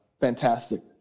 fantastic